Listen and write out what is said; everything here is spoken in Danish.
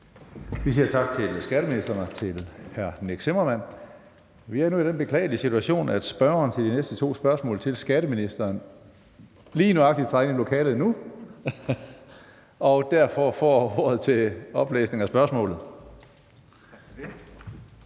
Vi siger tak til skatteministeren og til hr. Nick Zimmermann. Vi er nu i den situation, at spørgeren til de næste to spørgsmål til skatteministeren lige nøjagtig nu træder ind i lokalet og derfor får ordet til oplæsning af næste spørgsmål.